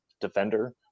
defender